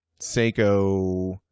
seiko